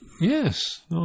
Yes